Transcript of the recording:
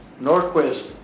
Norquist